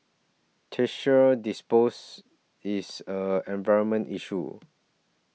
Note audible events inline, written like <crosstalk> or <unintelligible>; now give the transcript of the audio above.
<unintelligible> dispose is an environment issue